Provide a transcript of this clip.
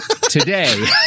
today